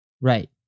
Right